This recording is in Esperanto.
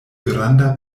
granda